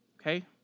Okay